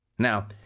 Now